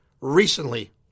Recently